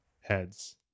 Heads